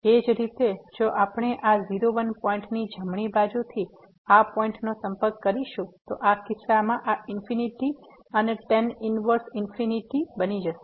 એ જ રીતે જો આપણે આ 01 પોઈન્ટની જમણી બાજુથી આ પોઈન્ટનો સંપર્ક કરીશું તો આ કિસ્સામાં આ ઇન્ફીનીટી અને ટેન ઇન્વર્સ ઇન્ફીનીટી બની જશે